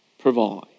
provide